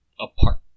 apart